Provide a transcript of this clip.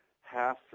half